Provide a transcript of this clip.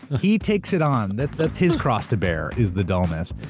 he takes it on. that's his cross to bear is the dullness.